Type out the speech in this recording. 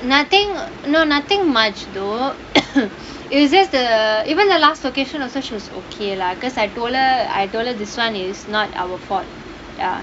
nothing no nothing much though it was just the even the last location also she was okay lah because I told her I told her this [one] is not our fault